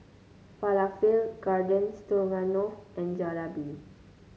Falafel Garden Stroganoff and Jalebi